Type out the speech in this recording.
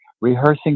rehearsing